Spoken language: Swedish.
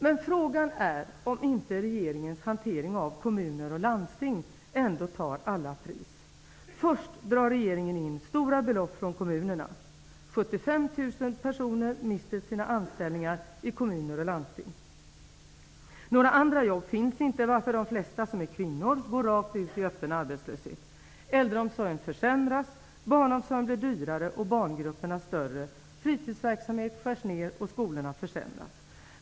Men frågan är om inte regeringens hantering av kommuner och landsting tar alla pris. Först drar regeringen in stora belopp från kommunerna. 75 000 personer mister sina anställningar i kommuner och landsting. Några andra jobb finns inte, varför de flesta, som är kvinnor, går rakt ut i öppen arbetslöshet. Äldreomsorgen försämras, barnomsorgen blir dyrare och barngrupperna större. Fritidsverksamhet skärs ned och skolan försämras.